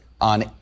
On